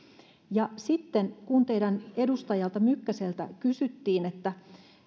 ja sitten kun teidän edustaja mykkäseltä kysyttiin että